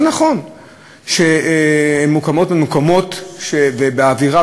זה נכון שהן ממוקמות במקומות באווירה